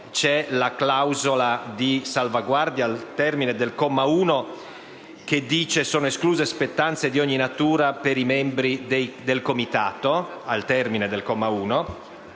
la clausola di salvaguardia al termine del comma 1, che afferma che sono escluse spettanze di ogni natura per i membri del Comitato,